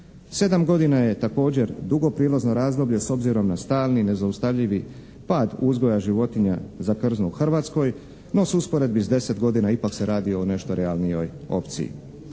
Sedam godina je također dugo prijelazno razdoblje s obzirom na stalni i nezaustavljivi pad uzgoja životinja za krzno u Hrvatskoj, no s usporedbi s 10 godina ipak se radi o nešto realnijoj opciji.